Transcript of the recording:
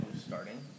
Starting